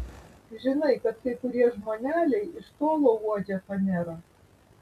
žinai kad kai kurie žmoneliai iš tolo uodžia fanerą